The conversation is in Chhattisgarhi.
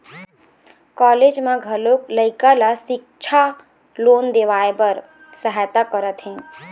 कॉलेज मन घलोक लइका ल सिक्छा लोन देवाए बर सहायता करत हे